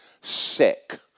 sick